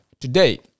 Today